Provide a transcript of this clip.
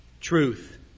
Truth